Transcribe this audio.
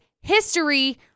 history